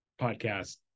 podcast